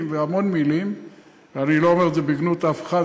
והמון מילים - אני לא אומר את זה בגנות אף אחד,